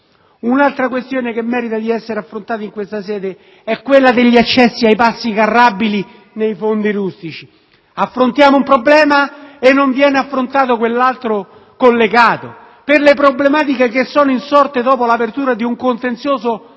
Un'altra questione che merita di essere affrontata in questa sede è l'accesso ai passi carrabili nei fondi rustici. Affrontiamo un problema e non viene affrontato in modo adeguato per le problematiche che sono insorte dopo l'apertura di un contenzioso tra